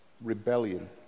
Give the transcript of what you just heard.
rebellion